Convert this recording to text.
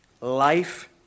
Life